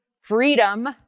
freedom